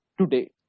today